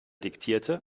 diktierte